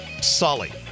Sully